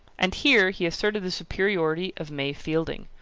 and here he asserted the superiority of may fielding,